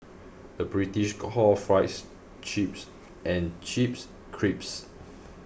the British calls fries chips and chips crisps